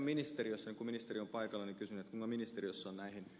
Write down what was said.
kun ministeri on paikalla niin kysyn